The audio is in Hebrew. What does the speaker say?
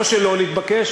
או שלא נתבקש,